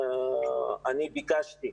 אני ביקשתי,